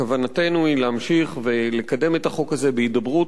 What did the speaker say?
כוונתנו היא להמשיך ולקדם את החוק הזה בהידברות